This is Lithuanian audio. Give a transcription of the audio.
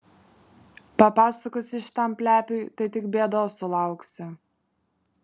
papasakosi šitam plepiui tai tik bėdos sulauksi